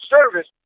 Service